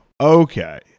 Okay